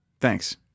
Thanks